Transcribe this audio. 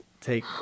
take